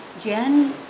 Jan